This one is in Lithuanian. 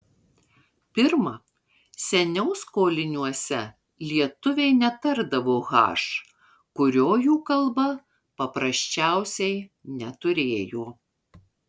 pirma seniau skoliniuose lietuviai netardavo h kurio jų kalba paprasčiausiai neturėjo